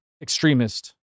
extremist